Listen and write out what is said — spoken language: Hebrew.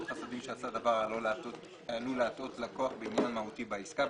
חסדים שעשה דבר העלול להטעות לקוח בעניין מהותי בעסקה,